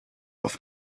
auf